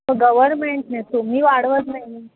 गव्हर्मेंटने तुम्ही वाढवत नाही